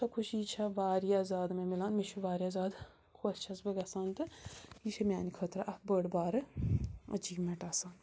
سۄ خوشی چھےٚ واریاہ زیادٕ مےٚ مِلان مےٚ چھُ واریاہ زیادٕ خۄش چھَس بہٕ گژھان تہٕ یہِ چھُ میٛانہِ خٲطرٕ اَکھ بٔڑ بارٕ أچیٖومٮ۪نٛٹ آسان